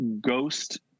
ghost